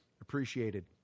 appreciated